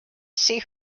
see